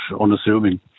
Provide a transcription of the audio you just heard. unassuming